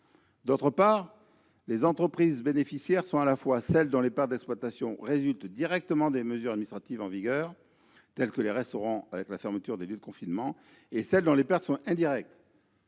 D'autre part, les entreprises bénéficiaires sont à la fois celles dont les pertes d'exploitation résultent directement des mesures administratives en vigueur, comme les restaurants, avec la fermeture des lieux de confinement, et celles dont les pertes sont indirectes.